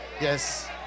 Yes